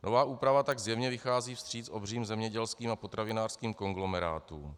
Nová úprava tak zjevně vychází vstříc obřím zemědělským a potravinářským konglomerátům.